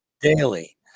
Daily